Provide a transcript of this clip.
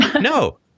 No